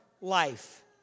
Life